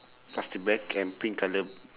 plastic bag and pink colour